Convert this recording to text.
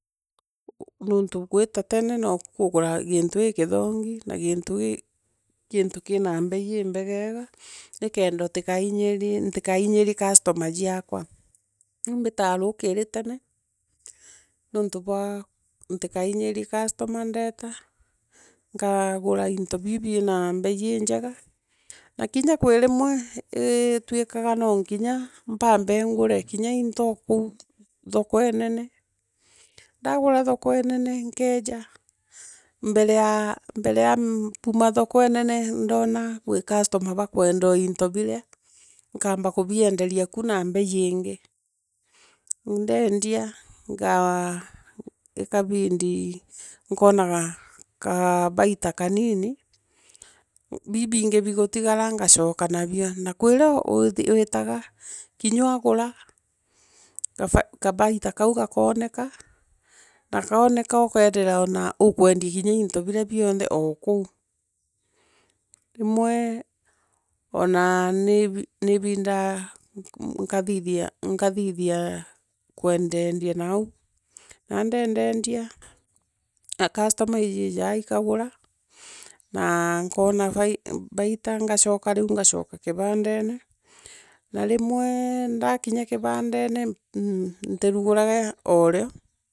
Nontu gwita tene noku kugura gintu gikothongi na gintu kina bei imbegega, nikenda utikainyirie customer jiakwa. Ni mbita mukiri tene, nontu bwa nitikainyirie customer ndeta nkagura into bii bira bei ngoja lakini kwi rimweitwikaga no nginya mbambe ngure into kou thoko onene ndagura thoko eenene. Nkeja mbere a mbore a mbuna tuoko oonene, ndona kwi customer bakwenda o into birea, nkamba kubienderia k una bei iingi. Ndeendia nga, ikabidi nkoonaga kabaita kanini, bii biingi bigutigara ngacoka nabio na kwi rio witaga, kinya wagura, kabaita kau gakooneka na kooneka okeethira ukwendia kinya into bira bionthe ookou. Rimwe onaa ni bindaa nkathithia kwendandia nau, na ndeendeedeia na customer ijiijaa ikagura, na nkona tita riu ngacoka kibandene, na rimwe ndakinya kibandene ntiruguraga ooreo.